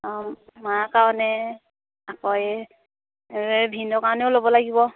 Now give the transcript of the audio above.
অঁ মাৰ কাৰণে আকৌ এই এই ভিনদেউ কাৰণেও ল'ব লাগিব